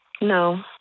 No